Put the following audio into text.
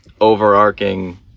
overarching